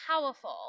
powerful